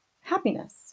happiness